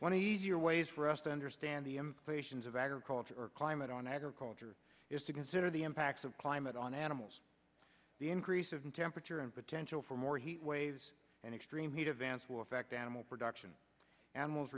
one easier ways for us to understand the implications of agriculture climate on agriculture is to consider the impacts of climate on animals the increase of in temperature and potential for more heat waves and extreme heat events will affect animal production animals